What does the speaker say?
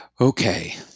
Okay